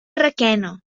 requena